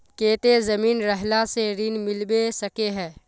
केते जमीन रहला से ऋण मिलबे सके है?